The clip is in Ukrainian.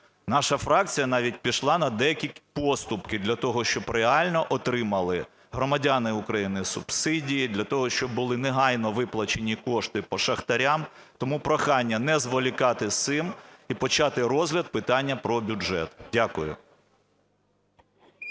Наша фракція навіть пішла на деякі поступки для того, щоб реально отримали громадяни України субсидії, для того, щоб були негайно виплачені кошти по шахтарям. Тому прохання не зволікати з цим і почати розгляд питання про бюджет. Дякую.